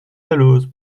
dalloz